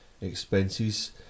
expenses